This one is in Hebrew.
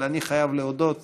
אבל אני חייב להודות,